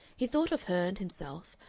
he thought of her and himself,